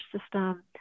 system